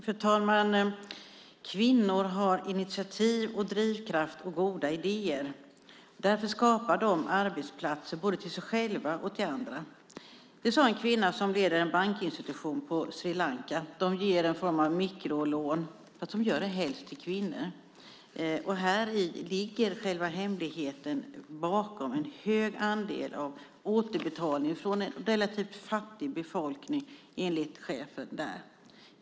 Fru talman! Kvinnor har initiativ och drivkraft och goda idéer. Därför skapar de arbetsplatser både till sig själva och till andra. Så sade en kvinna som leder en bankinstitution på Sri Lanka. De ger en form av mikrolån, men de gör det helst till kvinnor. Häri ligger själva hemligheten bakom en hög andel av återbetalning från en relativt fattig befolkning, enligt chefen där.